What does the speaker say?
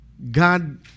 God